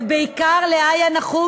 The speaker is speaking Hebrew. ובעיקר לאיה נחום,